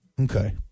Okay